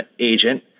agent